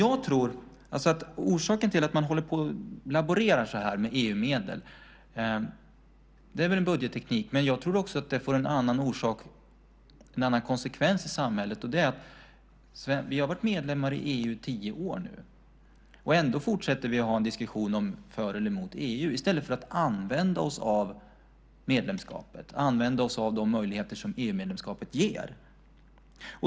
Att hålla på och laborera så här med EU-medel kan väl vara en budgetteknik, men jag tror också att det får en annan konsekvens i samhället. Vi har varit medlemmar i EU i tio år nu, och ändå fortsätter vi att ha en diskussion för eller emot EU i stället för att använda oss av EU-medlemskapet och de möjligheter som detta ger.